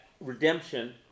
redemption